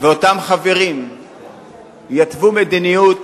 ואותם חברים יתוו מדיניות.